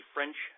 French